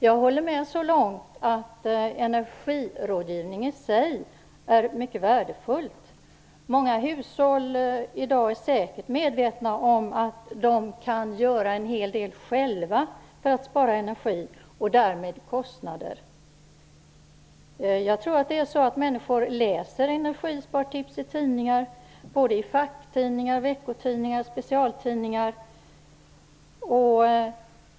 Jag håller med så långt som att energirådgivning i sig är mycket värdefull. Många hushåll är i dag säkert medvetna om att de kan göra en hel del själva för att spara energi och därmed kostnader. Jag tror att människor läser energispartips i tidningar - i facktidningar, veckotidningar och specialtidningar.